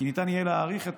כי ניתן יהיה להאריך את